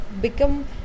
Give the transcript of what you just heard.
Become